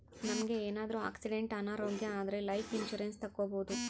ನಮ್ಗೆ ಏನಾದ್ರೂ ಆಕ್ಸಿಡೆಂಟ್ ಅನಾರೋಗ್ಯ ಆದ್ರೆ ಲೈಫ್ ಇನ್ಸೂರೆನ್ಸ್ ತಕ್ಕೊಬೋದು